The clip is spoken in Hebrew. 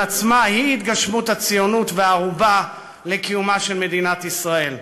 היא התגשמות הציונות והערובה לקיומה של מדינת ישראל.